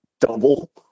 double